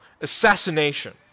assassination